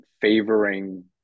favoring